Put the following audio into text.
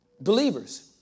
believers